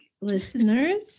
listeners